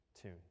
tune